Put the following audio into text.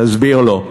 תסביר לו.